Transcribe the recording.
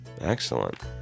excellent